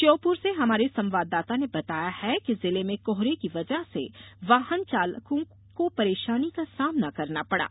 श्योपुर से हमारे संवाददाता ने बताया है कि जिले में कोहरे की वजह से वाहन चालकों को परेशानी का सामना करना पड़ा